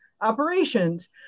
operations